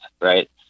right